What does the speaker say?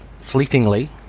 fleetingly